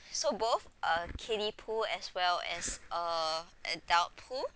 so both a kiddie pool as well as a adult pool